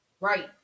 right